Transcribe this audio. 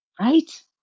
Right